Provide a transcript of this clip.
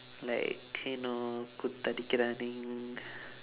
like you know koothadikkiraaning